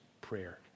prayer